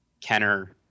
Kenner